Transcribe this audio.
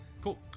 cool